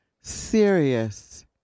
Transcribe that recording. Serious